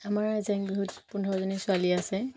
আমাৰ জেং বিহুত পোন্ধৰজনী ছোৱালী আছে